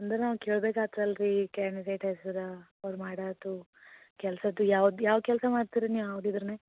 ಅಂದ್ರೆ ನಾವು ಕೇಳ್ಬೇಕು ಆತದಲ್ಲ ರೀ ಕ್ಯಾಂಡಿಡೇಟ್ ಹೆಸ್ರು ಅವ್ರು ಮಾಡಾತು ಕೆಲಸದ್ದು ಯಾವ್ದು ಯಾವ ಕೆಲಸ ಮಾಡ್ತಿರಿ ನೀವು ಅವ್ರ ಇದರನಾಗೆ